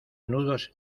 nudos